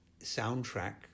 soundtrack